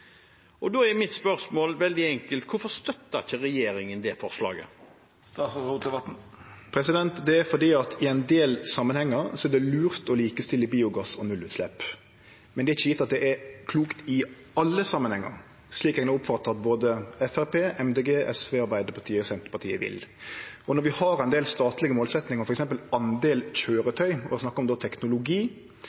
Da er mitt spørsmål veldig enkelt: Hvorfor støtter ikke regjeringen det forslaget? Fordi det i ein del samanhengar er lurt å likestille biogass og nullutslepp, men det er ikkje gjeve at det er klokt i alle samanhengar, slik eg no oppfattar at både Framstegspartiet, Miljøpartiet Dei Grøne, SV, Arbeidarpartiet og Senterpartiet vil. Når vi har ein del statlege målsetjingar, f.eks. andelen køyretøy, og snakkar om teknologi,